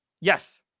Yes